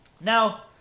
Now